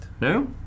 No